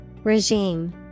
Regime